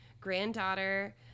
granddaughter